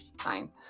fine